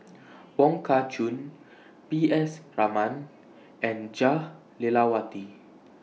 Wong Kah Chun P S Raman and Jah Lelawati